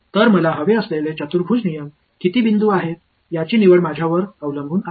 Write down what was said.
तर मला हवे असलेले चतुर्भुज नियम किती बिंदू आहेत याची निवड माझ्यावर अवलंबून आहे